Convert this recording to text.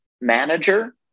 manager